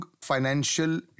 financial